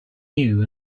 new